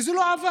כי זה לא עבד,